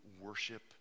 worship